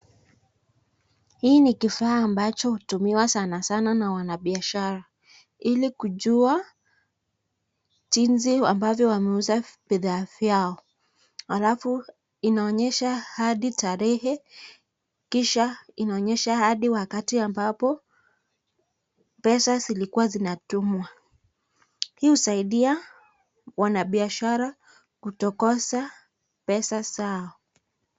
Hii ni kifaa ambacho hutumiwa sana sana na wanabiashara ili kujua jinsi ambavyo wameuza bidhaa vyao. Alafu inaonyesha hadi tarehe, kisha inaonyesha hadi wakati ambapo pesa zilikua zinatumwa. Hii husaidia wanabiashara kutokosa pesa zao